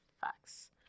Facts